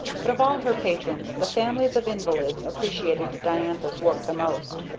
but of all her patrons, the families of invalids appreciated diantha's work the most.